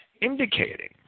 indicating